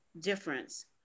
difference